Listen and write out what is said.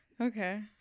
Okay